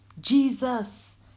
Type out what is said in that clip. Jesus